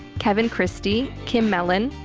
kevin christie, kim melon,